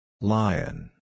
Lion